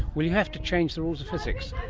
will you have to change the rules of physics?